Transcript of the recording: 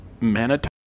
Manitoba